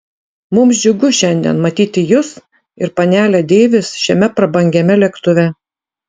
mums džiugu šiandien matyti jus ir panelę deivis šiame prabangiame lėktuve